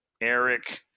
Eric